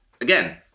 again